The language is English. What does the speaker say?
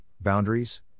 boundaries